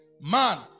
Man